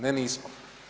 Ne, nismo.